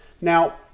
Now